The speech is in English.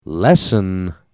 Lesson